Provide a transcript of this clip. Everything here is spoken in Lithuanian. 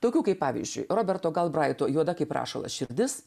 tokių kaip pavyzdžiui roberto galbraito juoda kaip rašalas širdis